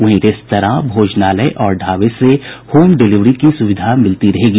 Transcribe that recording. वहीं रेस्तरां भोजनालय और ढाबे से होम डिलिवरी की सुविधा मिलती रहेगी